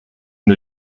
new